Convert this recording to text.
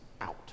out